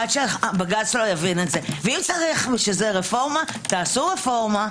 עד שבג"ץ לא יבין את זה ואם צריך בשביל זה רפורמה תעשו רפורמה,